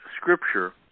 scripture